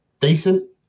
decent